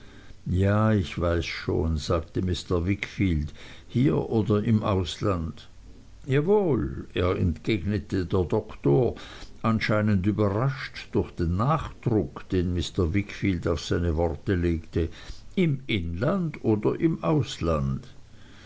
ja ich weiß schon sagte mr wickfield hier oder im ausland jawohl entgegnete der doktor anscheinend überrascht durch den nachdruck den mr wickfield auf seine worte legte im inland oder im ausland